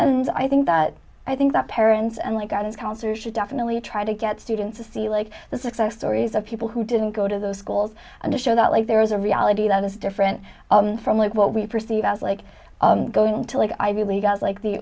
and i think that i think that parents and we got in concert should definitely try to get students to see like the success stories of people who didn't go to those schools and show that like there is a reality that is different from like what we perceive as like going to like ivy league and like the